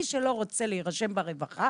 מי שלא רוצה להירשם לרווחה